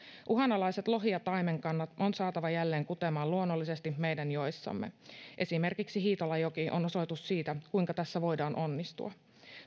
uhanalaiset lohi ja taimenkannat on saatava jälleen kutemaan luonnollisesti meidän joissamme esimerkiksi hiitolanjoki on on osoitus siitä kuinka tässä voidaan onnistua